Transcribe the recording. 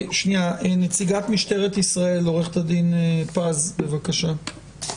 נציגת משטרת ישראל, עו"ד פז, בבקשה.